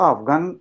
Afghan